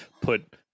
put